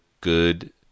good